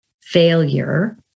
failure